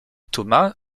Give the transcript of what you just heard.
thomas